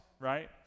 right